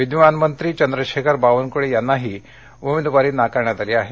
विद्यमान मंत्री चंद्रशेखर बावनक्ळे यांनाही उमेदवारी नाकारण्यात आली आहे